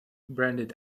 branded